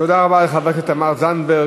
תודה רבה לחברת הכנסת תמר זנדברג.